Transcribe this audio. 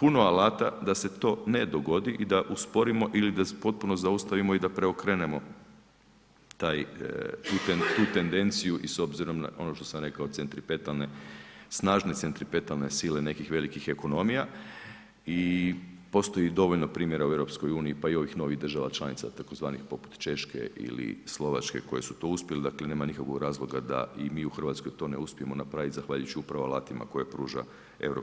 puno alata da se to ne dogodi i da usporimo ili da potpuno zaustavimo i da preokrenemo taj, tu tendenciju i s obzirom na ono što sam rekao, centripetalne, snažne centripetalne sile nekih velikih ekonomija i postoji dovoljno primjera u EU, pa i ovih novih država članica, tzv. poput Češke ili Slovačke koje su to uspjeli, dakle nema nikakvog razloga da i mi u Hrvatskoj to ne uspijemo napraviti zahvaljujući upravo alatima koje pruža EU.